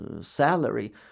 salary